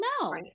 no